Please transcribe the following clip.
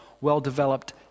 well-developed